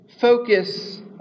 focus